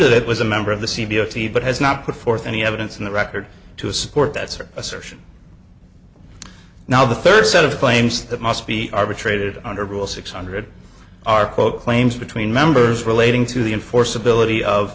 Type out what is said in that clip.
it was a member of the c b o t but has not put forth any evidence in the record to support that sort assertion now the third set of claims that must be arbitrated under rule six hundred are quote claims between members relating to the enforceability of